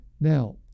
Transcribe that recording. Now